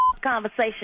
conversation